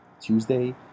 Tuesday